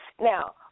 Now